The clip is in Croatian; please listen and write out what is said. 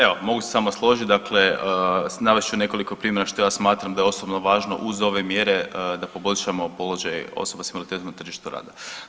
Evo, mogu se samo složit, dakle navest ću nekoliko primjera što ja smatram da je osobno važno uz ove mjere da poboljšamo položaj osoba s invaliditetom na tržištu rada.